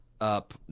up